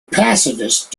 pacifist